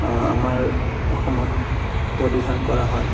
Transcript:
আমাৰ অসমত পৰিধান কৰা হয়